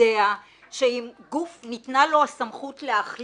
יודע שאם גוף ניתנה לו הסמכות להחליט,